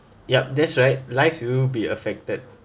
yup that's right lives will be affected